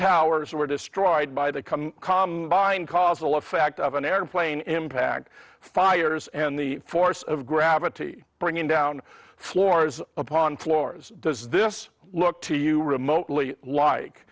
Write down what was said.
towers were destroyed by the come combine causal effect of an airplane impact fires and the force of gravity bringing down floors upon floors does this look to you remotely like